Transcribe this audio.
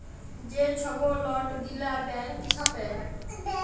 যে ছব লট গিলা ব্যাংক ছাপে